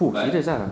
!fuh! serious ah